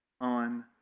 on